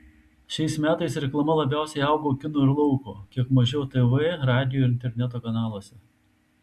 šiais metais reklama labiausiai augo kino ir lauko kiek mažiau tv radijo ir interneto kanaluose